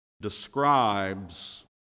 describes